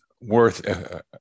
worth